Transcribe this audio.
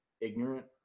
ignorant